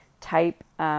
type